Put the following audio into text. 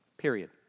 Period